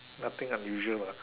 nothing unusual lah